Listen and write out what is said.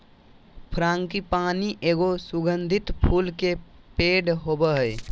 frangipani एगो सुगंधित फूल के पेड़ होबा हइ